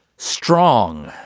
strong,